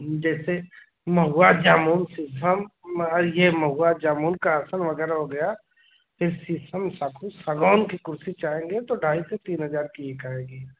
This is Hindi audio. जैसे महुआ जामुन शीशम मार यह महुआ जामुन का आसान वग़ैरह हो गया फिर शीशम साखू सागवान की कुर्सी चाहेंगे तो ढ़ाई से तीन हज़ार की एक आएगी